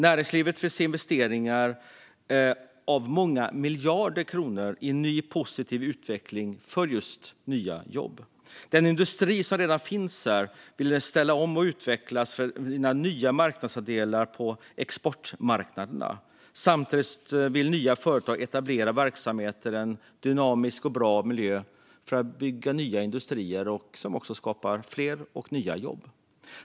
Näringslivet vill investera många miljarder kronor i ny positiv utveckling och nya jobb. Den industri som redan finns där vill ställa om och utvecklas för att vinna nya marknadsandelar på exportmarknaderna. Samtidigt vill nya företag etablera verksamheter i en dynamisk och bra miljö för att bygga nya industrier som skapar fler och nya jobb.